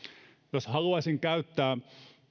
jos haluaisin käyttää